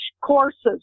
courses